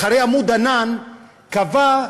אחרי "עמוד ענן" קבע,